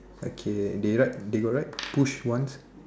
okay they write they got write push once